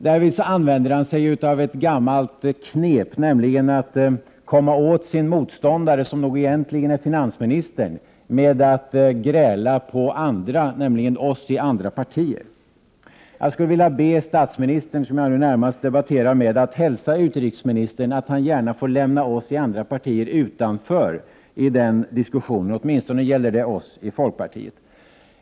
Därvid använder han sig av ett gammalt knep, nämligen att komma åt sin motståndare, som nog egentligen är finansministern, med att gräla på andra, nämligen oss i andra partier. Jag skulle vilja be statsministern, som jag närmast debatterar med, att hälsa utrikesministern att han gärna får lämna oss i andra partier utanför i den diskussionen. Åtminstone gäller det oss i folkpartiet.